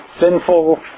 sinful